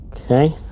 okay